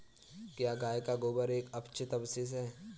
क्या गाय का गोबर एक अपचित अवशेष है?